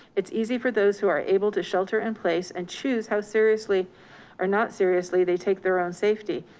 it's easy for those who are able to shelter in place and choose how seriously or not seriously, they take their own safety.